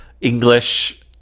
English